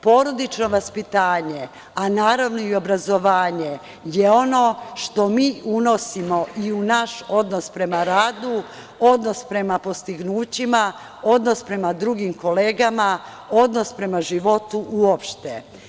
Porodično vaspitanje, a naravno i obrazovanje je ono što mi unosimo i u naš odnos prema radu, odnos prema postignućima, odnos prema drugim kolegama, odnos prema životu uopšte.